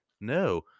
no